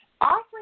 offering